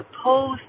opposed